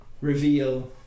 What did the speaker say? reveal